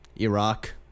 Iraq